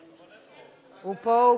הוא פה.